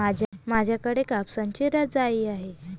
माझ्याकडे कापसाची रजाई आहे